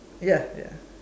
yeah yeah